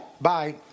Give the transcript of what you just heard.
Bye